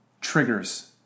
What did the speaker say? triggers